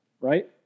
right